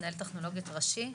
מנהל טכנולוגיות ראשי.